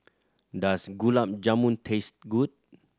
does Gulab Jamun taste good